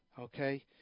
Okay